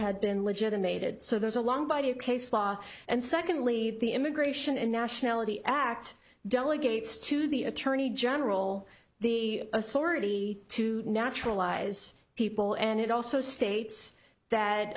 had been legitimated so there's a long body of case law and secondly the immigration and nationality act delegates to the attorney general the authority to naturalize people and it also states that